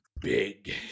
big